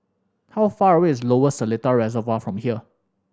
how far away is Lower Seletar Reservoir from here